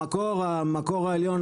המקור העליון,